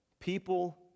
people